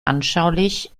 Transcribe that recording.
anschaulich